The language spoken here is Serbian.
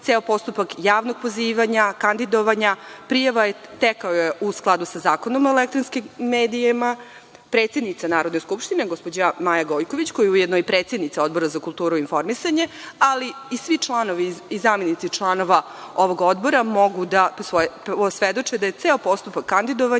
ceo postupak javnog pozivanja, kandidovanja, prijave, tekao je u skladu sa Zakonom o elektronskim medijima. Predsednica Narodne skupštine gospođa Maja Gojković, koja je ujedno i predsednica Odbora za kulturu i informisanje, ali i svi članovi i zamenici članova ovog odbora mogu da posvedoče da je ceo postupak kandidovanja